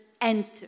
enter